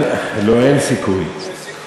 לא, אין סיכוי.